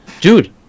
dude